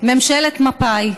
לממשלת מפא"י,